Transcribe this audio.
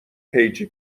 پیجی